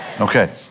Okay